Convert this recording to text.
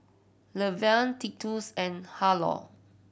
Luverne Titus and Harlow